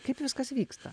kaip viskas vyksta